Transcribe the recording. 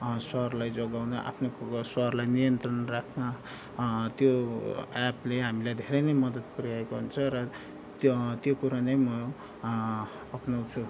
स्वरलाई जोगाउन आफ्नो स्वरलाई नियन्त्रण राख्न त्यो एपले हामीलाई धेरै नै मद्दत पुर्याएको हुन्छ र त्यो त्यो कुरा नै म अप्नाउँछु